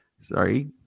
Sorry